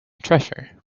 treasure